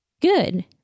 good